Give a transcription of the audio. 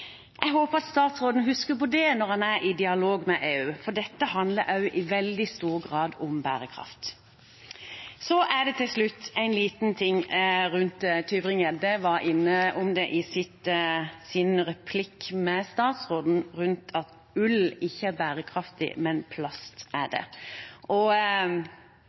Jeg håper statsråden husker på det når han er i dialog med EU, for dette handler også i veldig stor grad om bærekraft. Til slutt en liten ting rundt det representanten Tybring-Gjedde var innom i sin replikk til statsråden om at ull ikke er bærekraftig, men plast er det.